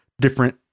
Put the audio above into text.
different